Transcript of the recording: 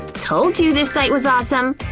told you this site was awesome.